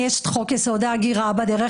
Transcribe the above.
יש את חוק-יסוד: ההגירה בדרך,